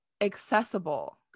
accessible